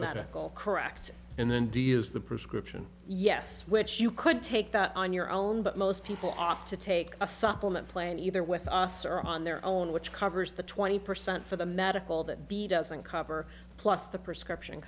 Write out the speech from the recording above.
medical correct and then d is the prescription yes which you could take that on your own but most people opt to take a supplement plan either with us or on their own which covers the twenty percent for the medical that b doesn't cover plus the prescription